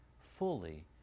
fully